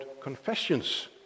Confessions